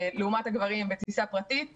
לעומת טיסה פרטית של הגברים.